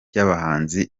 ry’abahanzi